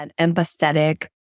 empathetic